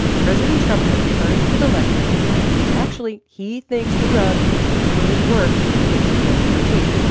president trump returned to the lectern and said, actually, he thinks the drug could work against covid nineteen